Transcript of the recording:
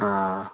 آ